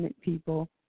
people